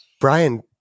Brian